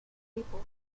people